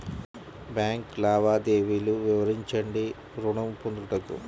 Bank లావాదేవీలు వివరించండి ఋణము పొందుటకు?